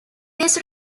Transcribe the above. this